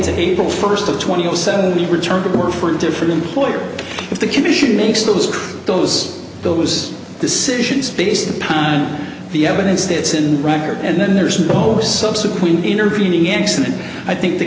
always april first of twenty or seventy return to work for a different employer if the commission makes those those those decisions based upon the evidence that's in the record and then there's both subsequent intervening accident i think the